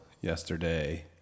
yesterday